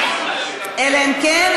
אלא אם כן,